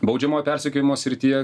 baudžiamojo persekiojimo srityje